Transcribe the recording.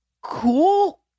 cool